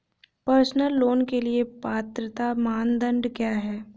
Personal loan के लिए पात्रता मानदंड क्या हैं?